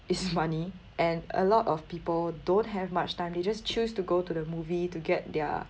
is money and a lot of people don't have much time they just choose to go to the movie to get their